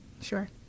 Sure